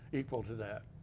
equal to that.